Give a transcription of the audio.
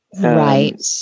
Right